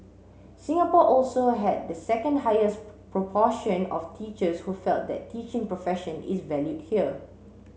Singapore also had the second highest proportion of teachers who felt that the teaching profession is valued here